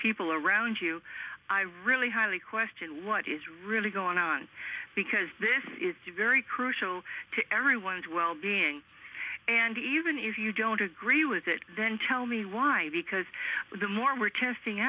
people around you i really highly question what is really going on because this is a very crucial to everyone's wellbeing and even if you don't agree with it then tell me why because the more we're testing